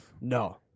No